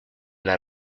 las